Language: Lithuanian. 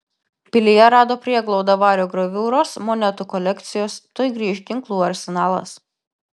pilyje rado prieglaudą vario graviūros monetų kolekcijos tuoj grįš ginklų arsenalas